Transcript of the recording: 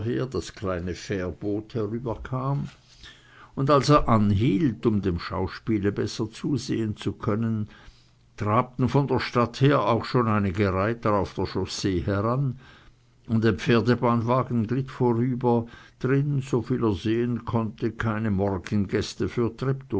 das kleine fährboot herüberkam und als er anhielt um dem schauspiele besser zusehen zu können trabten von der stadt her auch schon einige reiter auf der chaussee heran und ein pferdebahnwagen glitt vorüber drin soviel er sehen konnte keine morgengäste für